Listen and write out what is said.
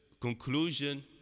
conclusion